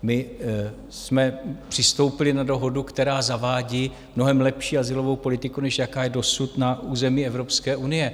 My jsme přistoupili na dohodu, která zavádí mnohem lepší azylovou politiku, než jaká je dosud na území EU.